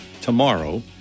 tomorrow